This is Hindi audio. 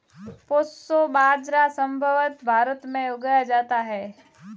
प्रोसो बाजरा संभवत भारत में उगाया जाता है